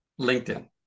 LinkedIn